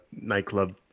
nightclub